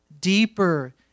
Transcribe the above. deeper